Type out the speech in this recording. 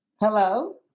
Hello